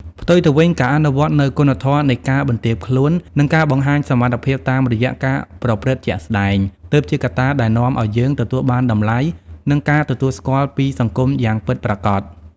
ផ្ទុយទៅវិញ ការអនុវត្តនូវគុណធម៌នៃការបន្ទាបខ្លួន និងការបង្ហាញសមត្ថភាពតាមរយៈការប្រព្រឹត្តជាក់ស្ដែង ទើបជាកត្តាដែលនាំឱ្យយើងទទួលបានតម្លៃ និងការទទួលស្គាល់ពីសង្គមយ៉ាងពិតប្រាកដ។